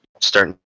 starting